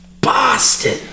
boston